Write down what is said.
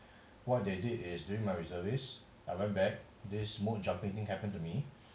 what they did is during my reservist I went back this mood destructing happen to me